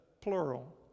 plural